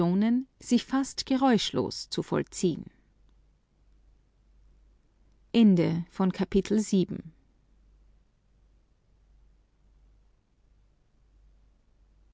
sich fast geräuschlos zu vollziehen